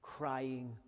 Crying